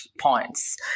points